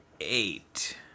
eight